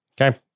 Okay